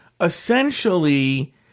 essentially